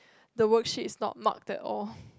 the worksheet's not marked at all